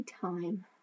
time